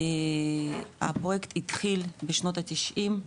הפרויקט התחיל בשנות התשעים,